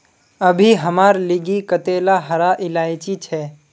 अभी हमार लिगी कतेला हरा इलायची छे